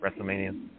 WrestleMania